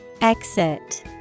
Exit